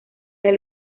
del